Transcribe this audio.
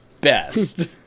best